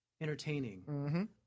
entertaining